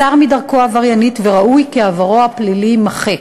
סר מדרכו העבריינית וראוי כי עברו הפלילי יימחק.